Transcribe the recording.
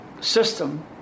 system